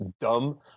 dumb